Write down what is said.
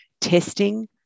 testing